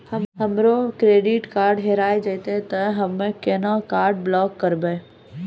हमरो credit card हेरा जेतै ते हम्मय केना कार्ड ब्लॉक करबै?